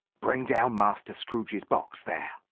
bring down master scrooge's box, there!